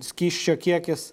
skysčio kiekis